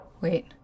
Wait